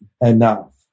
enough